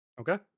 Okay